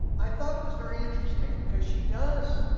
i thought it was very interesting because she does.